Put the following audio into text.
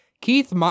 Keith